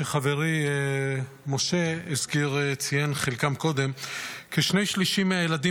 שחברי משה הזכיר וציין את חלקם קודם: כשני-שלישים מהילדים